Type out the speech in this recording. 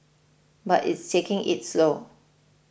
but it's taking its slow